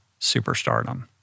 superstardom